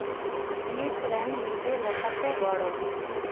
ᱱᱤᱛ ᱨᱮᱱ ᱱᱤᱡᱮ ᱞᱮᱠᱟᱛᱮ ᱜᱚᱲᱚ